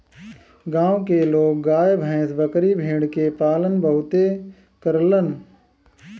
गांव के लोग गाय भैस, बकरी भेड़ के पालन बहुते करलन